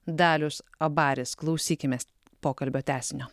dalius abaris klausykimės pokalbio tęsinio